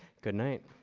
good night.